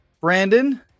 Brandon